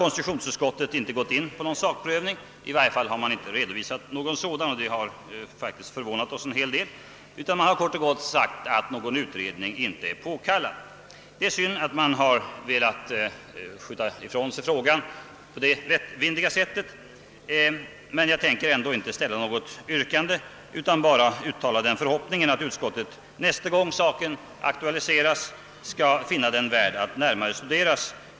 Konstitutionsutskottet har inte gått in på någon sakprövning — i varje fall har man inte redovisat någon sådan, och det har faktiskt förvånat oss en hel del — utan man har kort och gott sagt att en utredning inte är påkallad. Det är synd att man har velat skjuta ifrån sig frågan på detta lättvindiga sätt, men jag ämnar ändå inte ställa något yrkande. Jag hoppas endast att utskottet nästa gång saken aktualiseras skall finna den värd att närmare studeras.